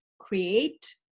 create